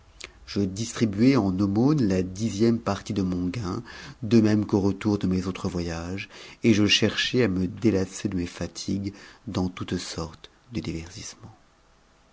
je distribuai en aumônes la dixième partie de mon gain de même qu'au retour de mes autres voyages et je cherchai à me délasser de mes fatigues dans toutes sortes de divertissements